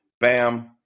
Bam